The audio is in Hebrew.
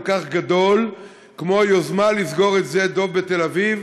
כך גדול כמו היוזמה לסגור את שדה דב בתל-אביב,